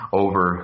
over